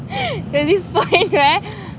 there's this point right